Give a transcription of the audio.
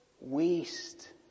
waste